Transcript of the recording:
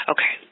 Okay